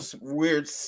weird